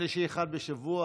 יום שלישי אחד בשבוע,